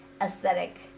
aesthetic